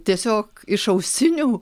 tiesiog iš ausinių